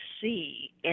see